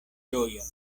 ĝojon